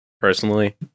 personally